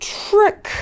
trick